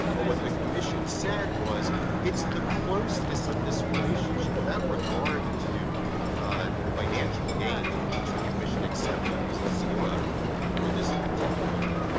but what the commission said was it's the closeness of this relationship, without regard to the financial gain, which the commission accepted was zero for this particular